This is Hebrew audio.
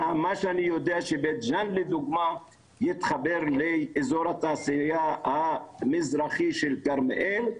ומה שאני יודע שבית ג'אן לדוגמה מתחבר לאזור התעשייה המזרחי של כרמיאל.